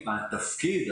התפקיד,